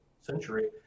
century